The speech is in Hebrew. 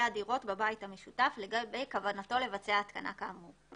הדירות בבית המשותף לגבי כוונתו לבצע התקנה כאמור,